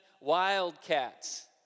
Wildcats